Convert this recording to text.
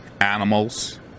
animals